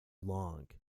long